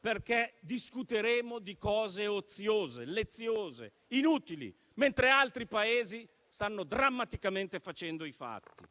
perché discuteremo di cose oziose, leziose e inutili, mentre altri Paesi stanno drammaticamente facendo i fatti.